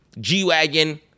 G-Wagon